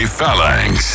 Phalanx